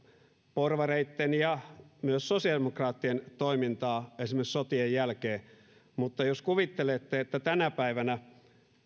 porvareitten ja myös sosiaalidemokraattien toimintaa esimerkiksi sotien jälkeen mutta jos kuvittelette että tänä päivänä